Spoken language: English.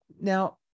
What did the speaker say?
now